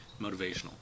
Motivational